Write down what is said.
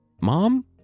mom